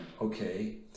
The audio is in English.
okay